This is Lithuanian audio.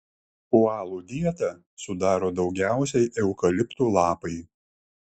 koalų dietą sudaro daugiausiai eukaliptų lapai